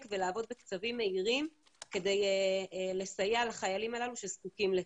ולעבוד בקצבים מהירים כדי לסייע לחיילים הללו שזקוקים לכך.